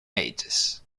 ages